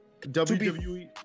WWE